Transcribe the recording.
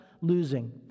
losing